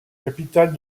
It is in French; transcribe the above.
capitale